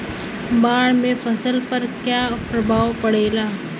बाढ़ से फसल पर क्या प्रभाव पड़ेला?